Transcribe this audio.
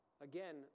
Again